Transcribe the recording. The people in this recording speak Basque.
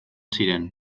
ziren